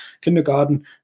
kindergarten